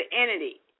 entity